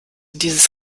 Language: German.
dieses